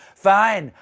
fine,